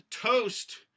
toast